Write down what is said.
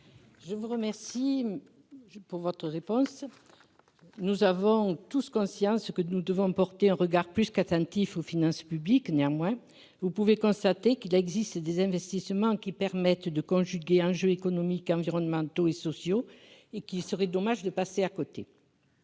je vous remercie de votre réponse. Nous avons tous conscience ici que nous devons porter un regard plus qu'attentif aux finances publiques. Néanmoins, vous pouvez le constater, il existe des investissements qui permettent de conjuguer enjeux économiques, environnementaux et sociaux. Il serait dommage de passer à côté.